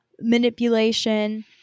manipulation